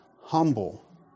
humble